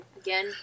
Again